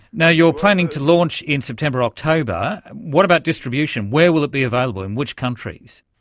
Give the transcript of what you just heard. yeah you're planning to launch in september october, what about distribution? where will it be available? in which countries?